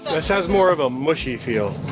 this has more of a mushy feel.